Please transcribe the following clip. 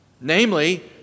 Namely